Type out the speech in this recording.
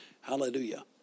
Hallelujah